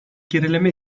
gerileme